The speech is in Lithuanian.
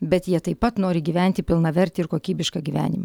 bet jie taip pat nori gyventi pilnavertį ir kokybišką gyvenimą